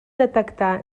detectar